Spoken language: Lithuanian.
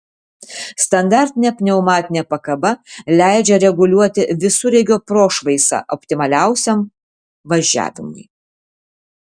standartinė pneumatinė pakaba leidžia reguliuoti visureigio prošvaisą optimaliausiam važiavimui